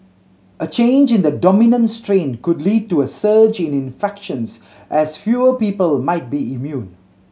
a change in the dominant strain could lead to a surge in infections as fewer people might be immune